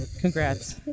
Congrats